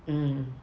mm